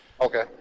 okay